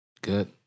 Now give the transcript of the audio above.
Good